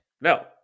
No